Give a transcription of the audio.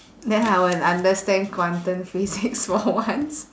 then I would understand quantum physics for once